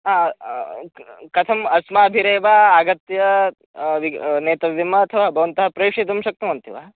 आ क् कथं अस्माभिरेव आगत्य वि नेतव्यं वा अथवा भवन्तः प्रेषयितुं शक्नुवन्ति वा